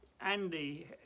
Andy